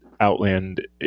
outland